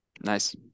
Nice